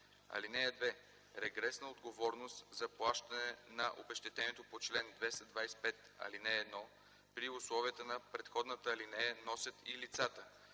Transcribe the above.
„(2) Регресна отговорност за плащане на обезщетението по чл. 225, ал. 1, при условията на предходната алинея носят и лицата,